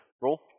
roll